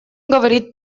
говорить